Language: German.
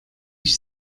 ich